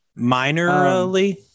minorly